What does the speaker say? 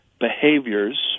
behaviors